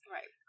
Right